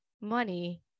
money